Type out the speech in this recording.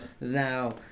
now